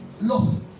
Lost